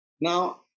Now